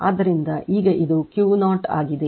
ಆದ್ದರಿಂದ ಈಗ ಇದು Q0 ಆಗಿದೆ